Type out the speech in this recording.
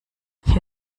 ihr